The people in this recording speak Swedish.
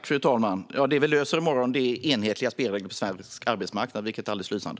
Fru talman! Det vi löser i morgon är frågan om enhetliga regler på svensk arbetsmarknad, vilket är alldeles lysande.